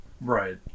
right